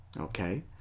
Okay